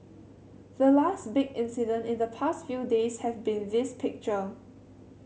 the last big incident in the past few days have been this picture